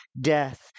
death